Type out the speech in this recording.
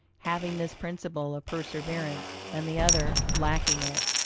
having this principle of perseverance, and the other lacking it,